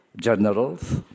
generals